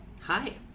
Hi